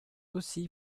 aussi